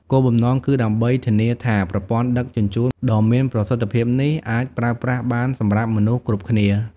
គោលបំណងគឺដើម្បីធានាថាប្រព័ន្ធដឹកជញ្ជូនដ៏មានប្រសិទ្ធភាពនេះអាចប្រើប្រាស់បានសម្រាប់មនុស្សគ្រប់គ្នា។